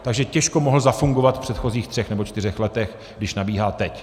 Takže těžko mohl zafungovat v předchozích třech nebo čtyřech letech, když nabíhá teď.